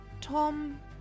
Tom